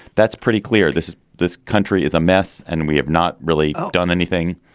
that's pretty clear. this is this country is a mess and we have not really done anything.